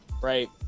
right